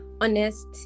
honest